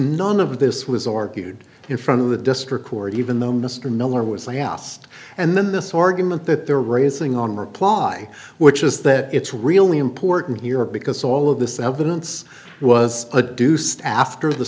none of this was argued in front of the district court even though mr miller was i asked and then this argument that they're raising on reply which is that it's really important here because all of this evidence was a deuced after the